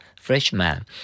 freshman